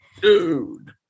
Dude